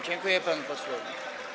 Dziękuję panu posłowi.